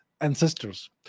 ancestors